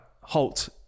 halt